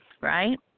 Right